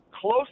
close